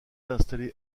installé